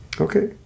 Okay